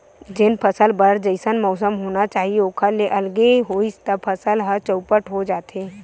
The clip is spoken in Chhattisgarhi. जेन फसल बर जइसन मउसम होना चाही ओखर ले अलगे होइस त फसल ह चउपट हो जाथे